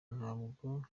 ntabwo